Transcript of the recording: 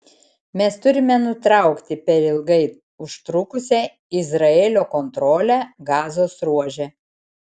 mes turime nutraukti per ilgai užtrukusią izraelio kontrolę gazos ruože